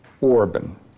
Orban